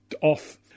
off